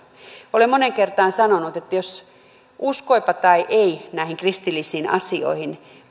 olen moneen kertaan sanonut että uskoipa tai ei näihin kristillisiin asioihin